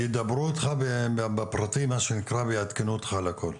יגידו לך את הפרטים ויעדכנו אותך על הכל.